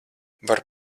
var